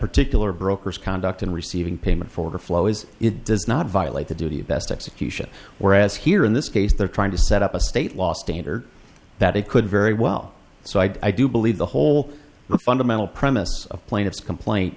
particular broker's conduct and receiving payment for flow is it does not violate the duty of best execution whereas here in this case they're trying to set up a state law standard that it could very well so i do believe the whole fundamental premise of plaintiff's complain